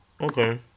okay